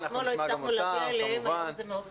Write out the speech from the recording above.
אתמול לא הצלחנו להגיע אליהם והדבר הזה מאוד חשוב.